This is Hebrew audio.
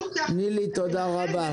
נילי, תודה רבה.